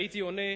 הייתי עונה: